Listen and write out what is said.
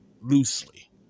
loosely